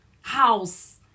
house